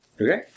Okay